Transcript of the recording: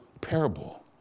parable